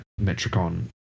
Metricon